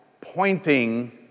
pointing